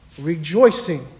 rejoicing